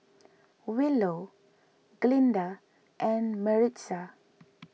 Willow Glinda and Maritza